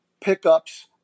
pickups